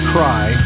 Cry